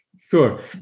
Sure